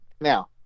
now